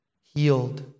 healed